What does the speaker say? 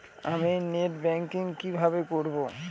আমি net banking কিভাবে করব?